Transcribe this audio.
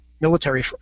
military